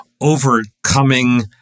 overcoming